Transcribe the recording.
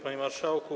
Panie Marszałku!